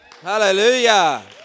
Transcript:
Hallelujah